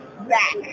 Back